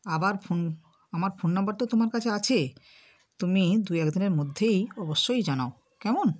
আবার ফোন আমার phone number তো তোমার কাছে আছে তুমি দু এক দিনের মধ্যেই অবশ্যই জানাও কেমন